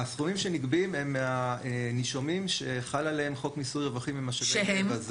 הסכומים שנגבים הם מהנישומים שחל עליהם חוק מיסוי רווחים ממשאבי טבע.